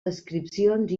descripcions